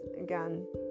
again